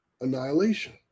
annihilation